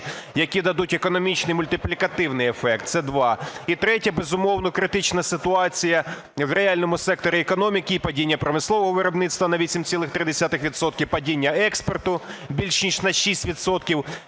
які дадуть економічний мультиплікативний ефект. Це два. І третє. Безумовно, критична ситуація в реальному секторі економіки і падіння промислового виробництва на 8,3 відсотка, падіння експорту більш ніж на 6